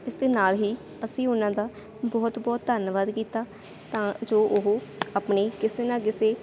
ਇਸਦੇ ਨਾਲ ਹੀ ਅਸੀਂ ਉਹਨਾਂ ਦਾ ਬਹੁਤ ਬਹੁਤ ਧੰਨਵਾਦ ਕੀਤਾ ਤਾਂ ਜੋ ਉਹ ਆਪਣੇ ਕਿਸੇ ਨਾ ਕਿਸੇ